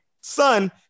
son